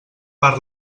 per